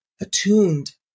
attuned